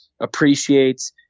appreciates